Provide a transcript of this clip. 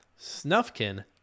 Snufkin